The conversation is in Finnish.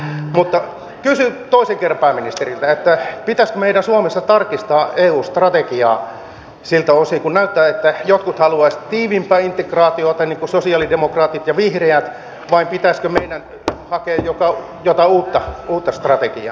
mutta kysyn toiseen kertaan pääministeriltä pitäisikö meidän suomessa tarkistaa eu strategiaa siltä osin kun näyttää että jotkut haluaisivat tiiviimpää integraatiota niin kuin sosialidemokraatit ja vihreät vai pitäisikö meidän hakea jotain uutta strategiaa